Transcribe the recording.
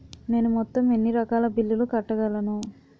నేను మొత్తం ఎన్ని రకాల బిల్లులు కట్టగలను?